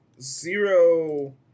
zero